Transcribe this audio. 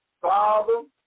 father